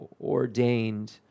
ordained